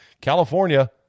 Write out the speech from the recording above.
California